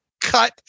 cut